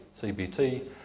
CBT